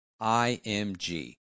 IMG